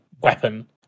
weapon